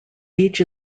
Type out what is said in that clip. beach